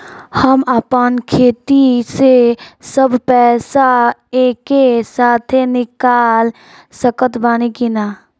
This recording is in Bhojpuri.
हम आपन खाता से सब पैसा एके साथे निकाल सकत बानी की ना?